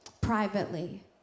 privately